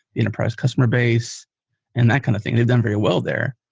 enterprise customer base and that kind of thing. they've done very well there.